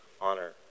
honor